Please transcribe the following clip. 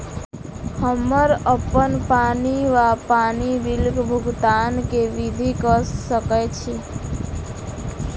हम्मर अप्पन पानि वा पानि बिलक भुगतान केँ विधि कऽ सकय छी?